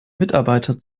mitarbeiter